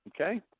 okay